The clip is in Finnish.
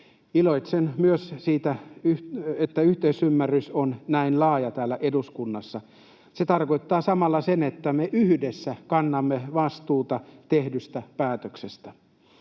Iloitsen myös siitä, että yhteisymmärrys on näin laaja täällä eduskunnassa. Se tarkoittaa samalla, että me yhdessä kannamme vastuuta tehdystä päätöksestä.